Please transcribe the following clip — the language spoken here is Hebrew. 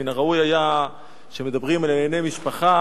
מן הראוי היה שכאשר מדברים על ענייני משפחה,